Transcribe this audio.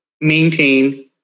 maintain